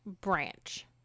branch